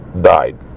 died